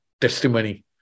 testimony